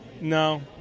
No